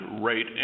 rate